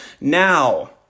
Now